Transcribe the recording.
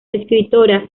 escritora